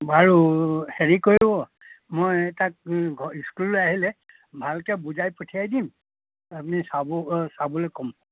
বাৰু হেৰি কৰিব মই তাক ঘ স্কুললৈ আহিলে ভালকৈ বুজাই পঠিয়াই দিম আপুনি চাব অ' চাবলৈ ক'ম